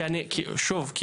שוב,